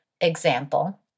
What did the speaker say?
example